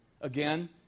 again